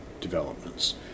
developments